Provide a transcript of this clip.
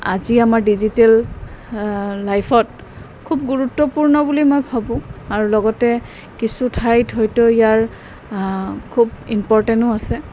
আজি আমাৰ ডিজিটেল লাইফত খুব গুৰুত্বপূৰ্ণ বুলি মই ভাবোঁ আৰু লগতে কিছু ঠাইত হয়তো ইয়াৰ খুব ইম্পৰ্টেনো আছে